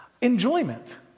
enjoyment